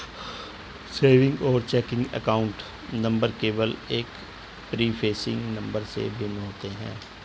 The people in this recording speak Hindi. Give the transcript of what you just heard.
सेविंग्स और चेकिंग अकाउंट नंबर केवल एक प्रीफेसिंग नंबर से भिन्न होते हैं